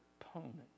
opponent